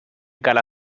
cala